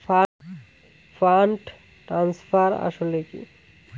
Fund transfer আসলে কী?